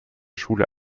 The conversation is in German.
schule